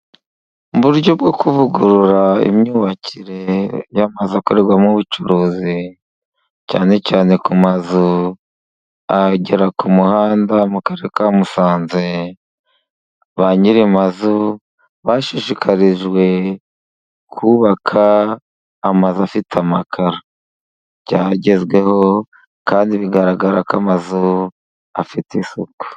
Mu buryo bwo kuvugurura imyubakire y'amazu akorerwamo ubucuruzi, cyane cyane ku mazu agera ku muhanda mu karere ka Musanze, ba nyir'amazu bashishikarijwe kubaka amazu afite amakaro. Byagezweho kandi bigaragara ko amazu afite isuku.